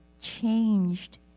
changed